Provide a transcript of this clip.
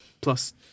plus